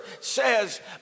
says